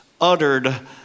uttered